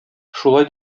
шулай